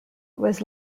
was